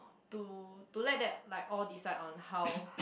to to let that like all decide on how